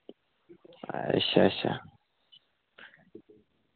अच्छा अच्छा